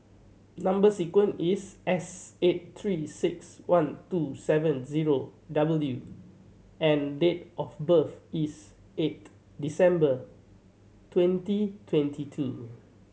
number sequence is S eight Three Six One two seven zero W and date of birth is eighth December twenty twenty two